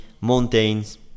mountains